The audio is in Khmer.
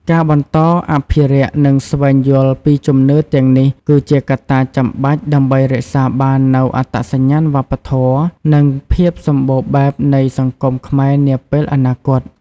ការបន្តអភិរក្ស និងស្វែងយល់ពីជំនឿទាំងនេះ គឺជាកត្តាចាំបាច់ដើម្បីរក្សាបាននូវអត្តសញ្ញាណវប្បធម៌ និងភាពសម្បូរបែបនៃសង្គមខ្មែរនាពេលអនាគត។